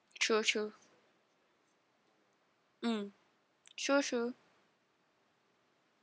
true true mm true true